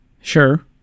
Sure